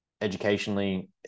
educationally